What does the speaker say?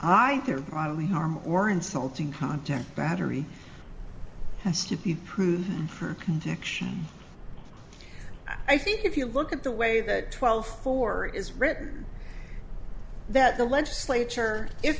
harm or insulting content battery has to be proved her conviction i think if you look at the way that twelve four is written that the legislature if